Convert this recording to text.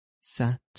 sat